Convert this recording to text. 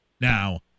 now